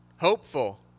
Hopeful